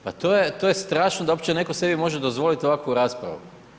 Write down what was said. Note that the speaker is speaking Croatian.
Pa to je strašno da uopće netko sebi može dozvoliti ovakvu raspravu.